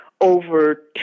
over